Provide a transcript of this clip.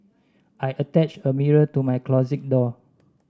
I attached a mirror to my closet door